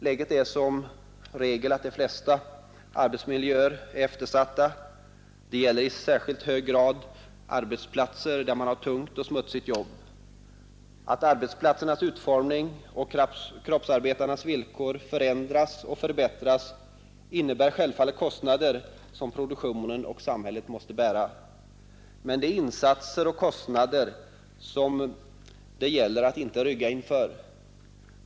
Läget är som regel att de flesta arbetsmiljöer är eftersatta. Det gäller i särskilt hög grad arbetsplatser där man har tungt och smutsigt jobb. Att arbetsplatsernas utformning och kroppsarbetarnas villkor förändras och förbättras innebär självfallet kostnader som produktionen och samhället måste bära. Men det är insatser och kostnader som det gäller att inte rygga inför.